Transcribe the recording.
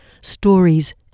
stories